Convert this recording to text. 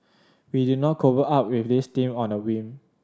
we did not cobble up with this team on a whim